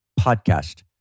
podcast